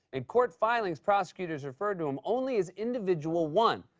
in court filings, prosecutors referred to him only as individual one.